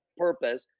Purpose